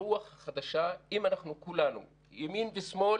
הרוח החדשה אם אנחנו כולנו, ימין ושמאל,